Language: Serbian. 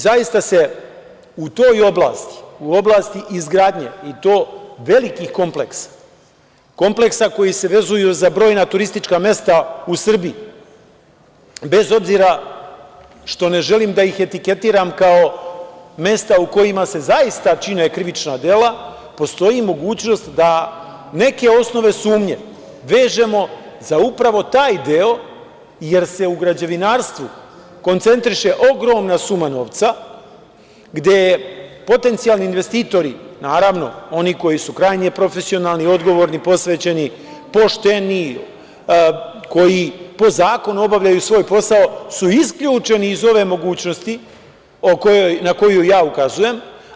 Zaista se u toj oblasti, u oblasti izgradnje i to velikih kompleksa, kompleksa koji se vezuju za brojna turistička mesta u Srbiji, bez obzira što ne želim da ih etiketiram kao mesta u kojima se zaista čine krivična dela, postoji mogućnost da neke osnove sumnje vežemo za upravo taj deo, jer se u građevinarstvu koncentriše ogromna suma novca, gde potencijalni investitori, naravno oni koji su krajnje profesionalni, odgovorni, posvećeni, pošteni, koji po zakonu obavljaju svoj posao su isključeni iz ove mogućnosti na koju ja ukazujem.